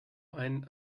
ein